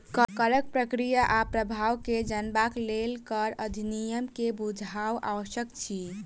करक प्रक्रिया आ प्रभाव के जनबाक लेल कर अधिनियम के बुझब आवश्यक अछि